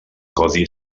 codi